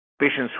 Patients